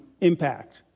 impact